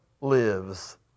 lives